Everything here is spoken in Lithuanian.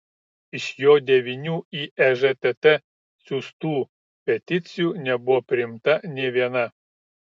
iš jo devynių į ežtt siųstų peticijų nebuvo priimta nė viena